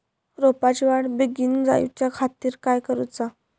रोपाची वाढ बिगीन जाऊच्या खातीर काय करुचा?